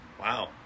Wow